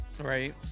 Right